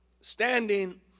standing